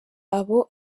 abo